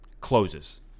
closes